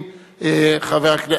הכלכלה,